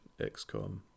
XCOM